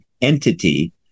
entity